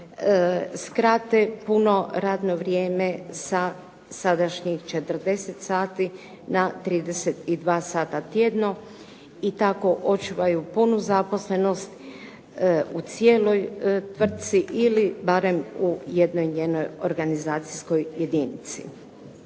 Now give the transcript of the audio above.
skrate puno radno vrijeme sa sadašnjih 40 sati na 32 sata tjedno i tako očuvaju punu zaposlenost u cijeloj tvrtci ili barem u jednoj njenoj organizacijskoj jedinici.